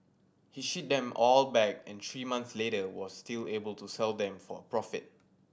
he shipped them all back and three months later was still able to sell them for a profit